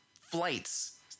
flights